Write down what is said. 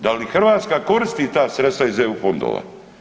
Da li Hrvatska koristi ta sredstva iz EU fondova?